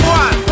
one